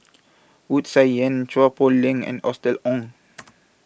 Wu Tsai Yen Chua Poh Leng and Austen Ong